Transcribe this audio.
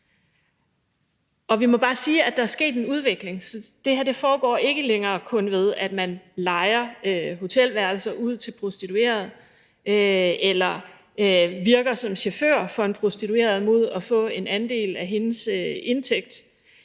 Og vi må bare sige, at der er sket en udvikling – det her foregår ikke længere kun ved, at man lejer hotelværelser ud til prostituerede eller virker som chauffør for en prostitueret mod at få en andel af hendes indtægt.